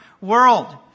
world